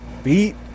Beat